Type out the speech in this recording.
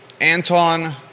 Anton